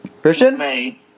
Christian